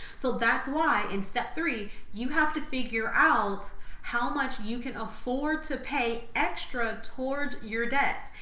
so that's why in step three, you have to figure out how much you can afford to pay extra towards your debt.